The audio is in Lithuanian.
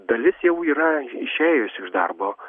dalis jau yra išėjusių iš darbo